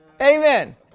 Amen